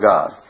God